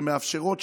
שמאפשרות,